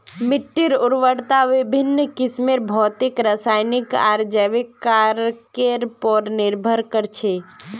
मिट्टीर उर्वरता विभिन्न किस्मेर भौतिक रासायनिक आर जैविक कारकेर पर निर्भर कर छे